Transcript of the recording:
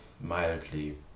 mildly